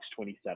27